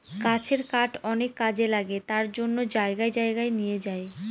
গাছের কাঠ অনেক কাজে লাগে তার জন্য জায়গায় জায়গায় নিয়ে যায়